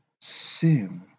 sin